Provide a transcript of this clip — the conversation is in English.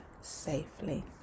safely